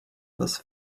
this